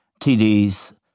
TDs